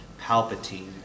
Palpatine